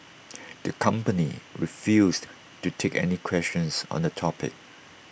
the company refused to take any questions on the topic